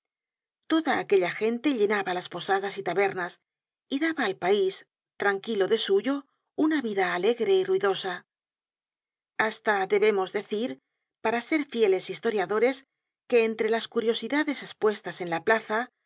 toda aquella gente llenaba las posadas y tabernas y daba al pais tranquilo de suyo una vida alegre y ruidosa hasta debemos decir para ser fieles historiadores que entre las curiosidades espuestas en la plaza